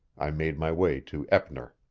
i made my way to eppner.